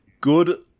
good